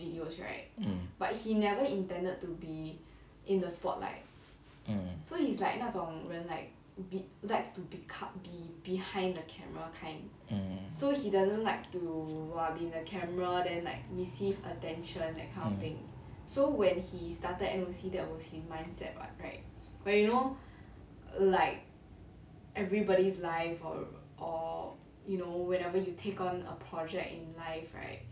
mm mm